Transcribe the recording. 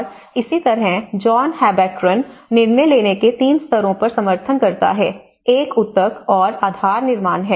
और इसी तरह जॉन हैब्रैकन निर्णय लेने के 3 स्तरों पर समर्थन करता है एक ऊतक और आधार निर्माण है